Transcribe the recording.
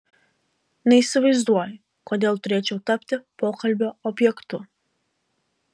neįsivaizduoju kodėl turėčiau tapti pokalbio objektu